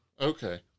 okay